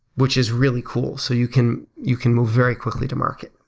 which is really cool so you can you can move very quickly to market.